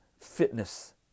fitness